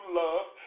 love